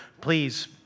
please